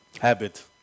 Habit